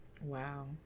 Wow